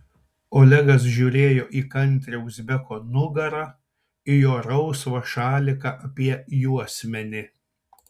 olegas žiūrėjo į kantrią uzbeko nugarą į jo rausvą šaliką apie juosmenį